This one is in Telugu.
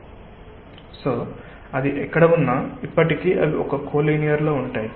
కాబట్టి అది ఎక్కడ ఉన్నా ఇప్పటికీ అవి ఒక కొల్లినియర్ లో ఉంటాయి